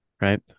right